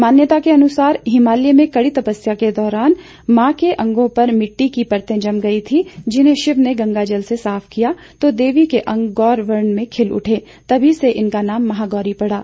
मान्यता के अनुसार हिमालय में कड़ी तपस्या के दौरान इनके अंगों पर मिटटी की परतें जम गई थी जिन्हें शिव ने गंगाजल से साफ किया तो देवी के अंग गौर वर्ण में खिले उठे तभी से इनका नाम महागौरी पड़ा